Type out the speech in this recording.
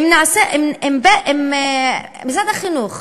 אם משרד החינוך